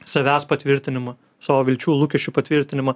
savęs patvirtinimą savo vilčių lūkesčių patvirtinimą